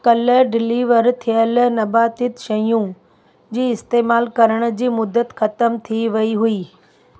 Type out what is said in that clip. कल्ह डिलीवर थियल नबातित शयुनि जी इस्तेमालु करण जी मुदत ख़तमु थी वई हुई